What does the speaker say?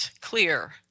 clear